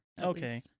Okay